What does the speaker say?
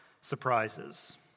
surprises